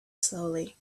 slowly